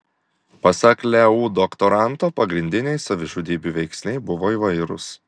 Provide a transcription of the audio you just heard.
pasak leu doktoranto pagrindiniai savižudybių veiksniai buvo įvairūs